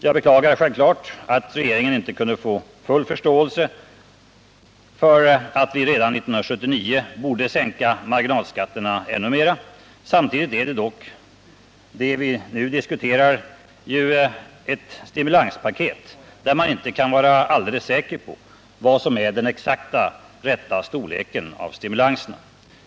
Jag beklagar självklart att regeringen inte kunde få full förståelse för att vi redan 1979 borde sänka marginalskatterna ännu mera. Samtidigt är dock det som vi nu diskuterar ett stimulanspaket där man inte kan vara alldeles säker på vad som är den exakt rätta storleken av stimulanserna.